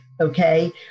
okay